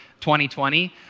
2020